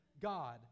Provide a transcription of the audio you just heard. God